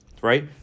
right